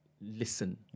listen